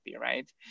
right